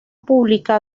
pública